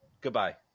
Goodbye